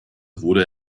wurde